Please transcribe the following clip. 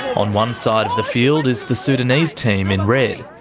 on one side of the field is the sudanese team in red,